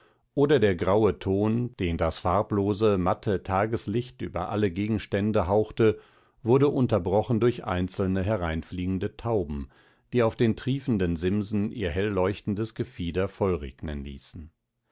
oder der graue ton den das farblose matte tageslicht über alle gegenstände hauchte wurde unterbrochen durch einzelne hereinfliegende tauben die auf den triefenden simsen ihr hellleuchtendes gefieder vollregnen ließen